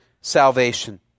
salvation